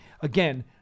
Again